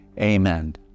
amen